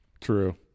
True